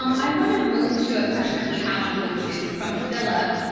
um i wanna move to a question that we have on youtube from philip.